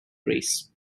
race